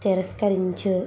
తిరస్కరించు